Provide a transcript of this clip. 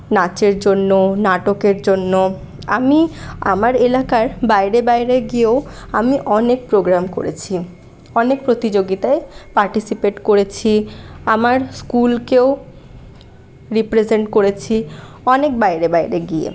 নাচের জন্য নাটকের জন্য আমি আমার এলাকার বাইরে বাইরে গিয়েও আমি অনেক প্রোগ্রাম করেছি অনেক প্রতিযোগিতায় পার্টিসিপেট করেছি আমার স্কুলকেও রিপ্রেজেন্ট করেছি অনেক বাইরে বাইরে গিয়ে